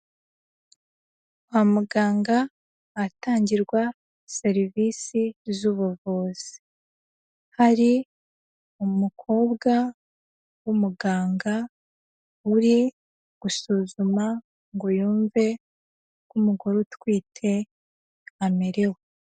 Kwa muganga ahatangirwa serivisi z'ubuvuzi. Hari umukobwa w'umuganga, uri gusuzuma ngo yumve uko umugore utwite amerewe.